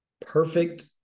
perfect